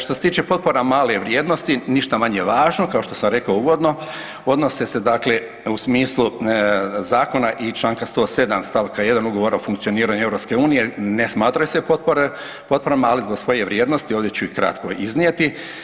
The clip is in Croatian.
Što se tiče potpora male vrijednosti ništa manje važno kao što sam rekao uvodno odnose se dakle u smislu zakona i članka 107. stavka 1. Ugovora o funkcioniranju EU ne smatraju se potporama ali zbog svoje vrijednosti ovdje ću ih kratko iznijeti.